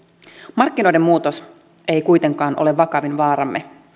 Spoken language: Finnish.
markkinoiden muutos ei kuitenkaan ole vakavin vaaramme